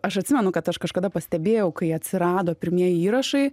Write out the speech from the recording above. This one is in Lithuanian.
aš atsimenu kad aš kažkada pastebėjau kai atsirado pirmieji įrašai